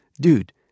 Dude